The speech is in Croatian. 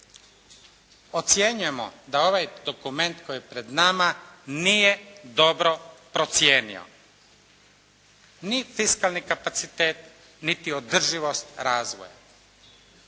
Ocjenjujemo da ovaj dokument koji je pred nama nije dobro procijenio ni fiskalni kapacitet, niti održivost razvoja.